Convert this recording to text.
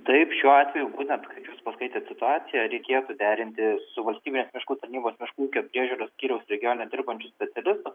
taip šiuo atveju būtent kaip jūs paskaitėt situaciją reikėtų suderinti su valstybinės miškų tarnybos miškų ūkio priežiūros skyriaus regione dirbančiu specialistu